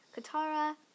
Katara